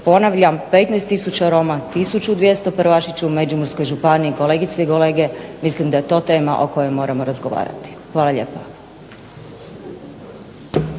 Ponavljam, 15 tisuća roma, 1200 prvašića u Međimurskoj županiji, kolegice i kolege mislim da je to tema o kojoj moramo razgovarati. Hvala lijepa.